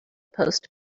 post